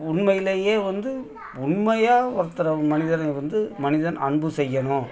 உண்மையிலேயே வந்து உண்மையாக ஒருத்தரை மனிதரை வந்து மனிதன் அன்பு செய்யணும்